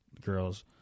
girls